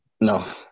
No